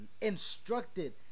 instructed